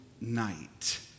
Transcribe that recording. night